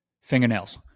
fingernails